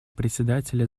председателя